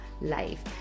life